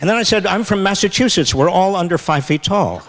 then i said i'm from massachusetts we're all under five feet tall